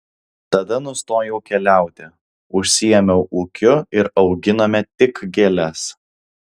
tada nustojau keliauti užsiėmiau ūkiu ir auginome tik gėles